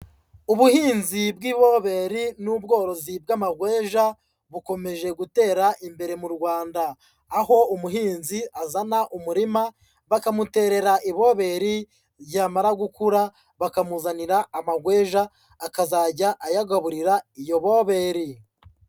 Ubuhinzi bw'iboberi n'ubworozi bw'amagweja bukomeje gutera imbere mu Rwanda, aho umuhinzi azana umurima bakamuterera iboberi, yamara gukura bakamuzanira amagweja akazajya ayagaburira iyo boberi.